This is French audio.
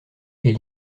est